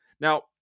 Now